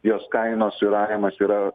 jos kainos svyravimas yra